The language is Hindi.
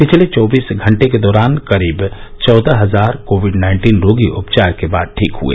पिछले चौबीस घंटे के दौरान करीब चौदह हजार कोविड नाइन्टीन रोगी उपचार के बाद ठीक हए